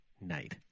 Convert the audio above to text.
night